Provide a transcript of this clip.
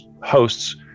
hosts